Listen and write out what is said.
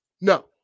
No